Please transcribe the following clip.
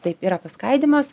taip yra paskaidymas